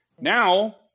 Now